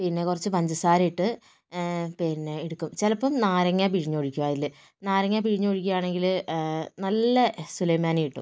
പിന്നെ കുറച്ച് പഞ്ചസാരയിട്ട് പിന്നെ എടുക്കും ചിലപ്പോൾ നാരങ്ങ പിഴിഞ്ഞൊഴിക്കും അതിൽ നാരങ്ങ പിഴിഞ്ഞൊഴിക്കുകയാണെങ്കിൽ നല്ല സുലൈമാനി കിട്ടും